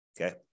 okay